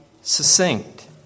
succinct